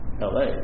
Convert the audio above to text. LA